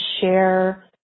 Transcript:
share